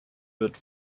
wird